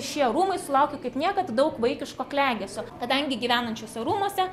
šie rūmai sulaukė kaip niekad daug vaikiško klegesio kadangi gyvenant šiuose rūmuose